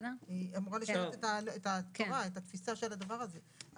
היא אמורה לשרת את התפיסה של הדבר הזה.